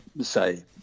say